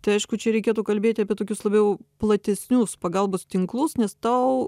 tai aišku čia reikėtų kalbėti apie tokius labiau platesnius pagalbos tinklus nes tau